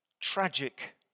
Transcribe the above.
tragic